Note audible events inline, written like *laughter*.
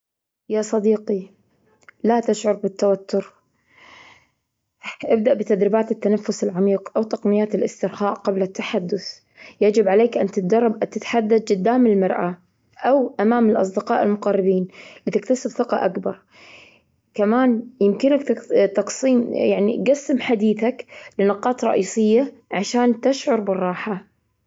يا صديقي، لا تشعر بالتوتر. *hesitation* ابدأ بتدريبات التنفس العميق أو تقنيات الاسترخاء قبل التحدث. يجب عليك أن تتدرب، تتحدد جدام المرآة أو أمام الأصدقاء المقربين لتكتسب ثقة أكبر. كمان يمكنك تج- تقسيم حديثك يعني قسم حديثك لنقاط رئيسة عشان تشعر بالراحة.